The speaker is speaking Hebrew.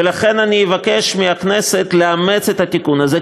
ולכן אני אבקש מהכנסת לאמץ את התיקון הזה,